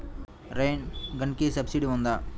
Rain గన్కి subsidy ఉందా?